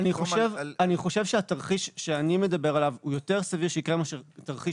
אני חושב שהתרחיש שאני מדבר עליו הוא יותר סביר שיקרה מאשר תרחיש